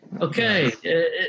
Okay